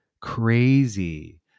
Crazy